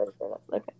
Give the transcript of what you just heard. okay